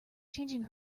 changing